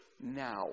now